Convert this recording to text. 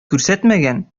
күрсәтмәгән